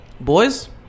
boys